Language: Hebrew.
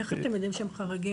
איך אתם יודעים שהם חריגים?